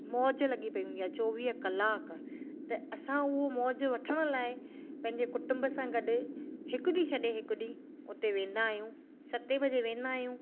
मौज लॻी पई हूंदी आहे चोवीह कलाक त असां उहो मौज वठण लाइ पंहिंजे कुटुंब सां गॾु हिकु ॾींहुं छॾे हिकु ॾींहुं उते वेंदा आहियूं सते बजे वेंदा आहियूं